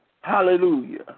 Hallelujah